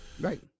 right